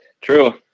True